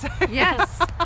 Yes